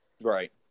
Right